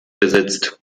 besitzt